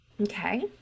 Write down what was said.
Okay